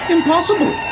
Impossible